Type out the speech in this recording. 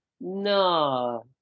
no